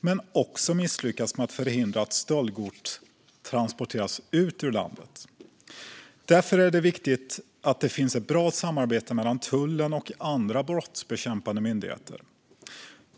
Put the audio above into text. men också misslyckas med att förhindra att stöldgods transporteras ut ur landet. Därför är det viktigt att det finns ett bra samarbete mellan tullen och andra brottsbekämpande myndigheter.